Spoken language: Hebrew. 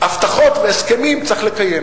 הבטחות והסכמים צריך לקיים.